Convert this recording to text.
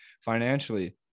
financially